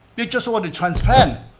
they just want to transplant,